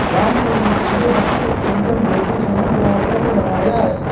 रामसिंह ने पिछले हफ्ते ही पेंशनभोगी जीवन प्रमाण पत्र बनवाया है